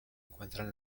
encuentran